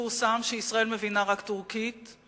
שפורסם שישראל מבינה רק טורקית,